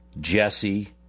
Jesse